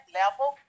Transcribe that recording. level